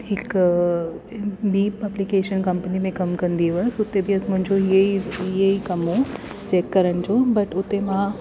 हिकु ॿी publication company में कमु कंदी हुअसि उते बि मुंहिंजो ये ई ये ई कमु हो चैक करण जो बट हुते मां